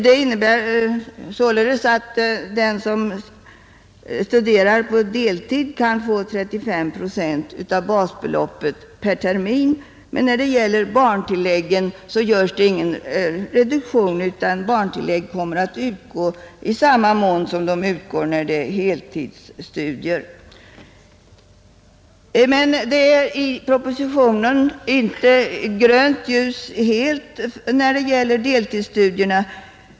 Det innebär således att den som studerar på deltid kan få 35 procent av basbeloppet per termin, I fråga om barntilläggen görs däremot ingen reduktion utan barntillägg kommer att utgå med samma belopp som vid heltidsstudier. Men i propositionen är det inte helt grönt ljus för deltidsstudierna.